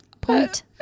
point